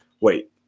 Wait